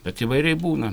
bet įvairiai būna